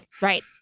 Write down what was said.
Right